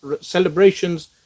celebrations